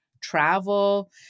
travel